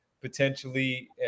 potentially